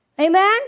Amen